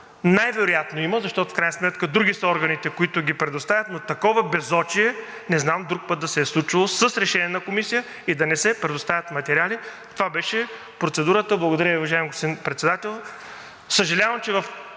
най-вероятно има, защото в крайна сметка други са органите, които ги представят, но такова безочие не знам друг път да се е случвало – с решение на Комисия, и да не се предоставят материали. Това беше процедурата. Благодаря Ви, уважаеми господин Председател.